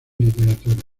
literatura